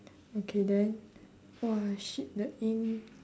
okay then !aiya! shit the ink